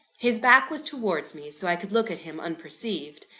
his back was towards me, so i could look at him unperceived.